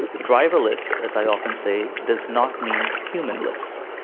driverless, as i often say, does not mean humanless.